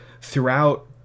throughout